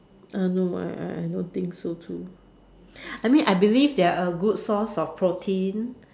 uh no I I I don't think so too I mean I believe they are a good source of protein